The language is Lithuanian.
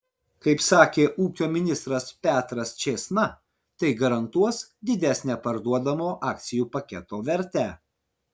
kaip sakė ūkio ministras petras čėsna tai garantuos didesnę parduodamo akcijų paketo vertę